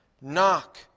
Knock